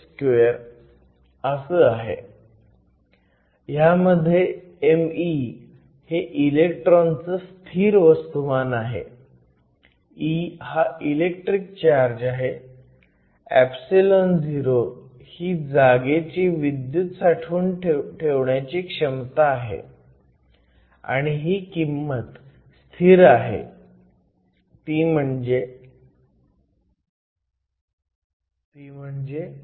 ह्यामध्ये me हे इलेक्ट्रॉनचं स्थिर वस्तुमान आहे e हा इलेक्ट्रिक चार्ज आहे εo ही जागेची विद्युत ऊर्जा साठवून ठेवण्याची क्षमता आहे आणि ही किंमत स्थिर आहे ती म्हणजे 8